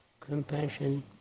compassion